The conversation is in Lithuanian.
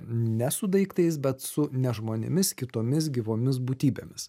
ne su daiktais bet su ne žmonėmis kitomis gyvomis būtybėmis